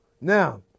Now